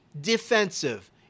defensive